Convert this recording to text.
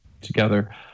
together